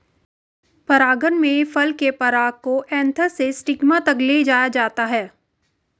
परागण में फल के पराग को एंथर से स्टिग्मा तक ले जाया जाता है